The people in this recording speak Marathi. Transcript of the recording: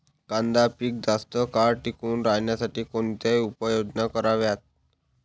कांदा पीक जास्त काळ टिकून राहण्यासाठी कोणत्या उपाययोजना कराव्यात?